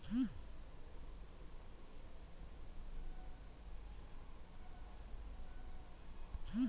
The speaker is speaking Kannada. ಸಾಧಾರಣವಾಗಿ ಭಾರತದಲ್ಲಿ ಜೂನ್ನಿಂದ ಸೆಪ್ಟೆಂಬರ್ವರೆಗೆ ಹೆಚ್ಚು ಮಳೆ ಪಡೆಯುತ್ತೇವೆ